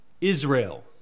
Israel